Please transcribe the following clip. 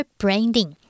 branding